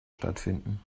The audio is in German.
stattfinden